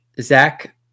Zach